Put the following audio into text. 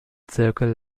zirkel